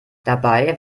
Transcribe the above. dabei